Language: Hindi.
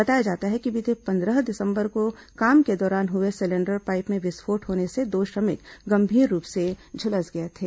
बताया जाता है कि बीते पंद्रह दिसंबर को काम के दौरान हुए सिलेंडर पाइप में विस्फोट होने से दो श्रमिक गंभीर रूप से झुलस गए थे